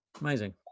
Amazing